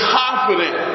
confident